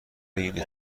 این